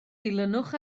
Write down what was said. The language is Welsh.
dilynwch